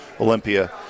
Olympia